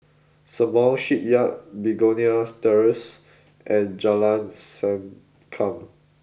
Sembawang Shipyard Begonia Terrace and Jalan Sankam